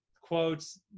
quotes